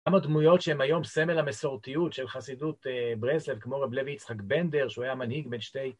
כמה דמויות שהן היום סמל המסורתיות של חסידות ברסלב כמו רב לוי יצחק בנדר שהוא היה מנהיג בין שתי